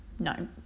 No